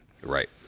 Right